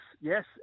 yes